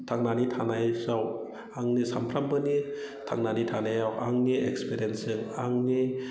थांनानै थानायनि सायाव आंनि सानफ्रोमबोनि थांनानै थानायाव आंनि एक्सपिरियेन्सजों आंनि